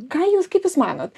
ką jūs kaip jūs manot